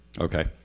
Okay